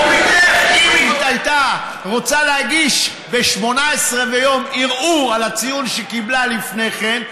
אם היא רוצה להגיש ב-18 ויום ערעור על הציון שהיא קיבלה לפני כן,